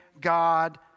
God